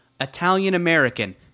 Italian-American